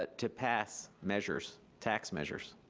but to pass measures, tax measures,